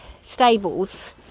stables